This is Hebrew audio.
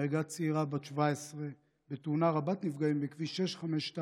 נהרגה צעירה בת 17 בתאונה רבת נפגעים בכביש 652,